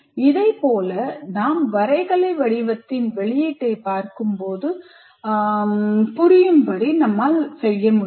இதைப் போல நான் வரைகலை வடிவத்தின் வெளியீட்டை பார்க்கும்போது புரியும்படி என்னால் செய்ய முடியும்